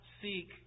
seek